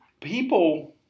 people